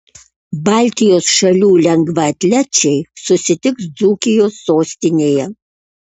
baltijos šalių lengvaatlečiai susitiks dzūkijos sostinėje